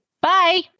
Bye